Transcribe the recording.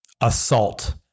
assault